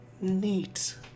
Neat